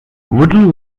wooden